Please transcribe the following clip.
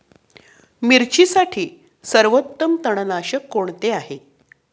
मिरचीसाठी सर्वोत्तम तणनाशक कोणते आहे?